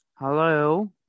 Hello